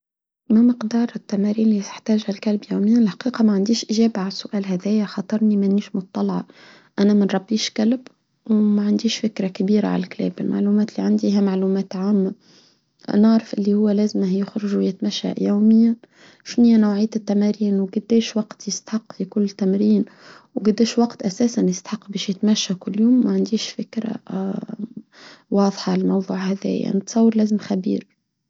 ما مقدار التمارين اللي يحتاجها الكلب يوميا؟ الحقيقة ما عنديش إجابة على السؤال هذيا خطرني مانيش مطلعة أنا من ربيش كلب وما عنديش فكرة كبيرة على الكلاب المعلومات اللي عنديها معلومات عامة أنا عارف اللي هو لازمه يخرج ويتمشى يوميا شنية نوعية التمارين وكداش وقت يستحق في كل تمارين وكداش وقت أساساً يستحق بيش يتمشى كل يوم ما عنديش فكرة واضحة على الموضوع هذيا نتصور لازم خبير.